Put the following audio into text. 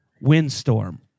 windstorm